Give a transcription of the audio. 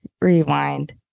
rewind